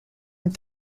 and